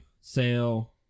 sale